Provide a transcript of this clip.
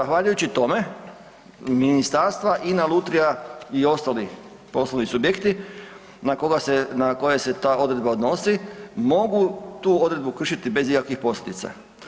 Zahvaljujući tome ministarstva, INA, Lutrija i ostali poslovni subjekti na koje se ta odredba odnosi mogu tu odredbu kršiti bez ikakvih posljedica.